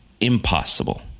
impossible